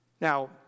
Now